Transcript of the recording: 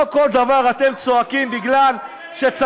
לא על כל דבר אתם צועקים בגלל שצריך.